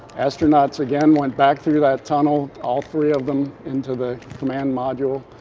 astronauts again, went back through that tunnel, all three of them, into the command module,